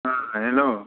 hello